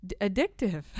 addictive